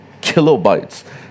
kilobytes